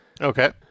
okay